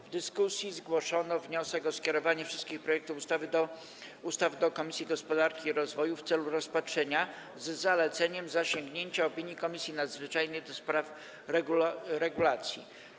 W dyskusji zgłoszono wniosek o skierowanie wszystkich projektów ustaw do Komisji Gospodarki i Rozwoju w celu rozpatrzenia, z zaleceniem zasięgnięcia opinii Komisji Nadzwyczajnej do spraw deregulacji.